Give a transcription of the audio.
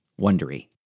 Wondery